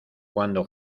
cuando